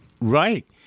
Right